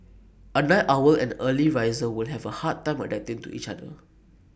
A night owl and early riser will have A hard time adapting to each other